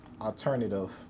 alternative